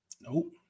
Nope